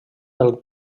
del